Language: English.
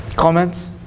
Comments